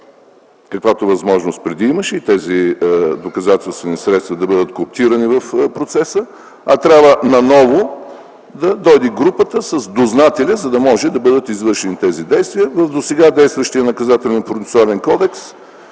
каквато възможност имаше преди, и тези доказателствени средства да бъдат кооптирани в процеса, а трябва наново да дойде групата с дознателя, за да могат да бъдат извършени тези действия. В досега действащия Наказателно-процесуален кодекс